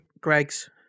Greg's